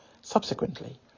subsequently